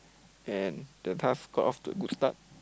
and the task got off to a good start